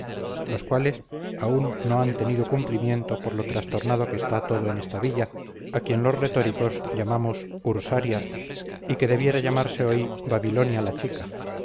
los cuales aún no han tenido cumplimiento por lo trastornado que está todo en esta villa a quien los retóricos llamamos ursaria y que debiera llamarse hoy babilonia la chica